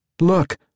Look